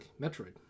Metroid